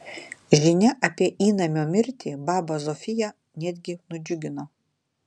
žinia apie įnamio mirtį babą zofiją netgi nudžiugino